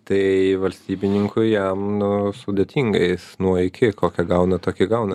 tai valstybininkų jam nu sudėtinga jis nuo iki kokią gauna tokį gauna